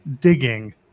digging